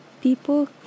people